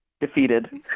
defeated